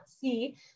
see